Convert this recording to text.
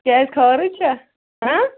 کیٛازِ خٲرٕے چھا